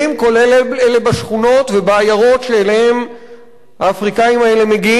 כולל אלה בשכונות ובעיירות שאליהם האפריקנים האלה מגיעים,